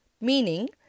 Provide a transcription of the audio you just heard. meaning